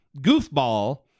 goofball